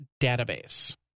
database